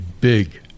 big